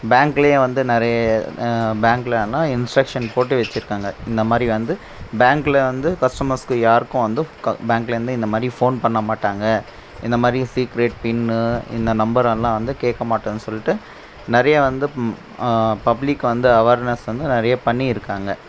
பேங்க்லேயும் வந்து நிறைய பேங்க்கில் எல்லா இன்ஸ்ட்ரக்ஷன் போட்டு வச்சுருக்காங்க இந்தமாதிரி வந்து பேங்க்கில் வந்து கஸ்டமர்ஸுக்கு யாருக்கும் வந்து பேங்க்கில் வந்து இந்தமாதிரி ஃபோன் பண்ணமாட்டாங்க இந்தமாதிரி சீக்ரட் பின்னு இந்த நம்பரு எல்லாம் வந்து கேக்கமாட்டோனு சொல்லிட்டு நிறையா வந்து பப்ளிக் வந்து அவேர்னஸ் வந்து நிறைய பண்ணியிருக்காங்க